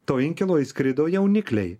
to inkilo įskrido jaunikliai